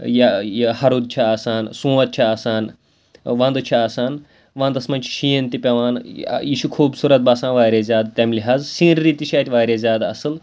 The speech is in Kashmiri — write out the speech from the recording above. یا یہِ ہرُد چھِ آسان سونٛت چھِ آسان وَندٕ چھِ آسان وَندَس منٛز چھِ شیٖن تہِ پٮ۪وان یہِ چھِ خوٗبصوٗرت باسان واریاہ زیادٕ تَمہِ لحاظ سیٖنری تہِ چھِ اَتہِ واریاہ زیادٕ اَصٕل